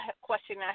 question